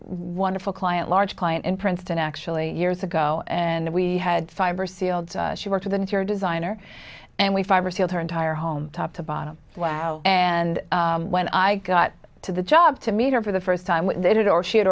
wonderful client large client in princeton actually years ago and we had fiber sealed she worked with an interior designer and we fiber sealed her entire home top to bottom wow and when i got to the job to meet her for the first time they did or she had